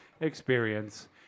experience